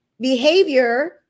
behavior